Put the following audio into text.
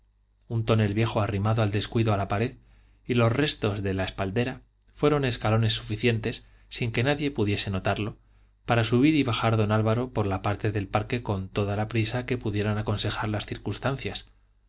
cantar un tonel viejo arrimado al descuido a la pared y los restos de una espaldera fueron escalones suficientes sin que nadie pudiese notarlo para subir y bajar don álvaro por la parte del parque con toda la prisa que pudieran aconsejar las circunstancias